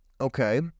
okay